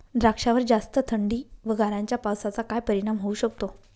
द्राक्षावर जास्त थंडी व गारांच्या पावसाचा काय परिणाम होऊ शकतो?